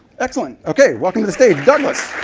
excellent. okay. welcome to the stage. douglas.